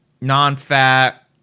non-fat